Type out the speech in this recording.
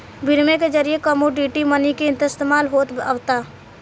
बिनिमय के जरिए कमोडिटी मनी के इस्तमाल होत आवता